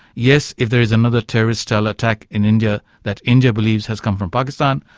yes, if there is a military style attack in india that india believes has come from pakistan,